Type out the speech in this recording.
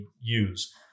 use